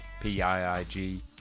P-I-I-G